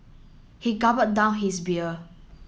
he down his beer